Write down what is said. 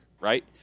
Right